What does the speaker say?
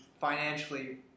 financially